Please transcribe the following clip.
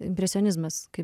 impresionizmas kaip